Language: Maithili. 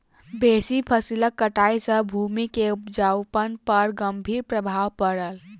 बेसी फसिल कटाई सॅ भूमि के उपजाऊपन पर गंभीर प्रभाव पड़ल